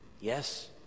Yes